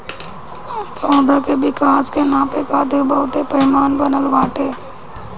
पौधा के विकास के नापे खातिर बहुते पैमाना बनल बाटे